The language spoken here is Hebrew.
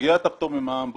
סוגיית הפטור ממע"מ,